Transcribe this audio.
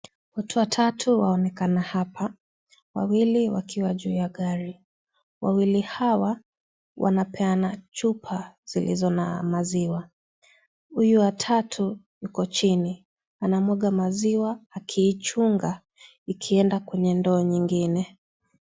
Watu watatu wanaonekana hapa, wawili wakiwa juu ya gari. Wawili Hawa wanapeana chupa zilizo na maziwa. Huyu wa tatu Yuko chini. Anamwaga maziwa akiichunga ikienda kwenye ndoo nyingine.